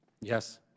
Yes